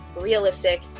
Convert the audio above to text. realistic